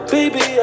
Baby